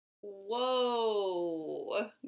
Whoa